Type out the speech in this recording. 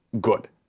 good